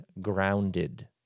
grounded